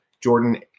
Jordan